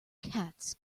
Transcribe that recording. cats